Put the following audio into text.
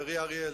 חברי אריה אלדד,